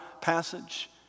passage